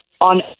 On